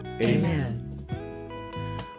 Amen